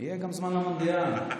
יהיה זמן גם למונדיאל.